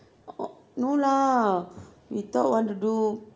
oh no lah we thought want to do